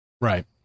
Right